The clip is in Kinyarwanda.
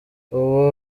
ubu